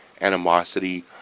animosity